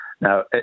Now